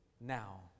now